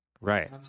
Right